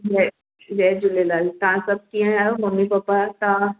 जय जय झूलेलाल तव्हां सभु कीअं आहियो ममी पपा तव्हां